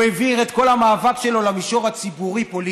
הוא העביר את כל המאבק שלו למישור הציבורי-פוליטי,